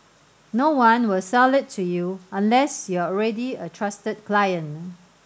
no one will sell it to you unless you're already a trusted client